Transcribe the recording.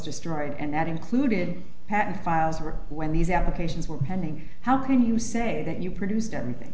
destroyed and that included patent files or when these applications were pending how can you say that you produced everything